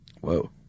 Whoa